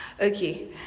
okay